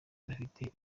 idafite